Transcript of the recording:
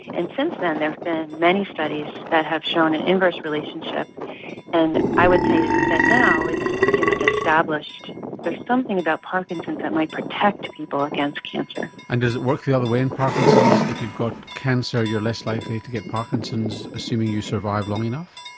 and since then there have been many studies that have shown an inverse relationship and i would say that now it's pretty much established there's something about parkinson's that might protect people against cancer. and does it work the other way in parkinson's, if you've got cancer you're less likely to get parkinson's assuming you survive long enough?